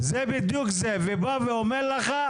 בא ואומר לך,